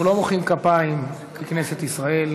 אנחנו לא מוחאים כפיים בכנסת ישראל,